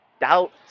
doubts